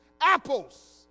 apples